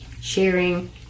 sharing